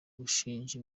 gushinja